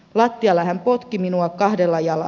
lattialla hän potki minua kahdella jalalla